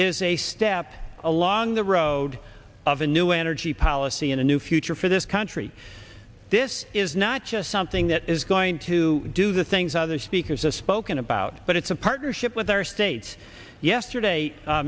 is a step along the road of a new energy policy in a new future for this country this is not just something that is going to do the things other speakers a spoken about but it's a partnership with our state yesterday